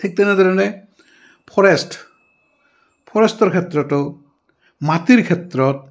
ঠিক তেনেধৰণে ফৰেষ্ট ফৰেষ্টৰ ক্ষেত্ৰতো মাটিৰ ক্ষেত্ৰত